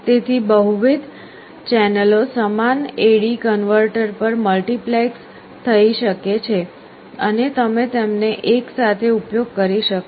તેથી બહુવિધ મલ્ટિપલ ચેનલો સમાન AD કન્વર્ટર પર મલ્ટીપ્લેક્સ થઈ શકે છે અને તમે તેમને એક સાથે ઉપયોગ કરી શકો છો